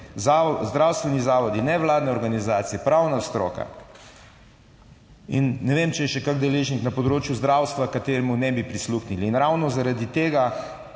zdravstveni zavodi, nevladne organizacije, pravna stroka in ne vem, če je še kak deležnik na področju zdravstva, kateremu ne bi prisluhnili. In ravno zaradi tega